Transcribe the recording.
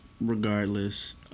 Regardless